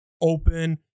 open